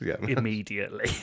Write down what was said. immediately